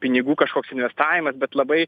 pinigų kažkoks investavimas bet labai